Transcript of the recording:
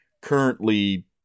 currently